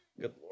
Good